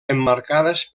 emmarcades